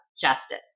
justice